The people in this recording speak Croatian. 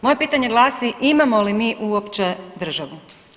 Moje pitanje glasi imamo li mi uopće državu.